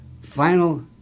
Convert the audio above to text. final